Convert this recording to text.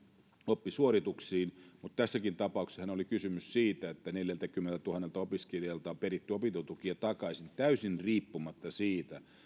oppisuorituksiin mutta tässäkin tapauksessahan oli kysymys siitä että neljältäkymmeneltätuhannelta opiskelijalta on peritty opintotukia takaisin täysin riippumatta siitä